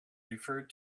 referred